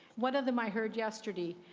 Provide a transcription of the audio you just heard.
one of them i heard yesterday.